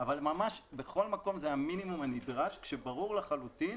בכל מקום זה המינימום הנדרש כאשר ברור לחלוטין